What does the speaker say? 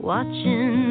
Watching